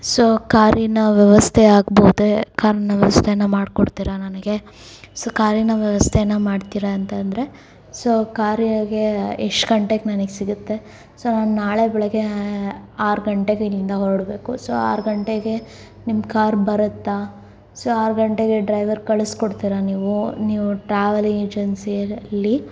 so ಕಾರಿನ ವ್ಯವಸ್ಥೆ ಆಗ್ಬೋದೆ ಕಾರಿನ ವ್ಯವಸ್ಥೆಯನ್ನು ಮಾಡ್ಕೊಡ್ತೀರಾ ನನಗೆ ಸೊ ಕಾರಿನ ವ್ಯವಸ್ಥೆನ ಮಾಡ್ತೀರ ಅಂತಂದರೆ ಸೊ ಕಾರಿಗೆ ಎಷ್ಟು ಗಂಟೆಗೆ ನನಗೆ ಸಿಗತ್ತೆ ಸೊ ನಾನು ನಾಳೆ ಬೆಳಗ್ಗೆ ಆರು ಗಂಟೆಗೆ ಇಲ್ಲಿಂದ ಹೊರಡ್ಬೇಕು ಸೊ ಆರು ಗಂಟೆಗೆ ನಿಮ್ಮ ಕಾರ್ ಬರತ್ತಾ ಸೊ ಆರು ಗಂಟೆಗೆ ಡ್ರೈವರ್ ಕಳಿಸ್ಕೊಡ್ತೀರಾ ನೀವು ನೀವು ಟ್ರಾವೆಲ್ ಏಜೆನ್ಸಿಯಲ್ಲಿ